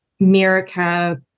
America